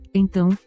então